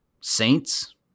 Saints